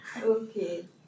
Okay